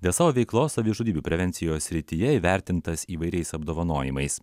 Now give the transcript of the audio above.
dėl savo veiklos savižudybių prevencijos srityje įvertintas įvairiais apdovanojimais